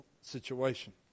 situation